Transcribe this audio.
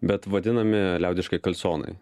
bet vadinami liaudiškai kalsonai